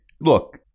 Look